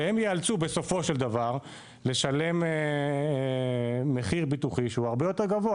והם ייאלצו בסופו של דבר לשלם מחיר ביטוחי שהוא הרבה יותר גבוה.